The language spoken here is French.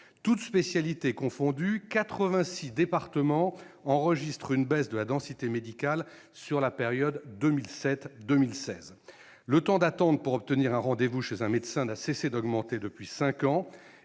Toutes spécialités confondues, quatre-vingt-six départements enregistrent une baisse de la densité médicale sur la période 2007-2016. Le temps d'attente pour obtenir un rendez-vous chez un médecin n'a cessé d'augmenter depuis cinq